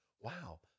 Wow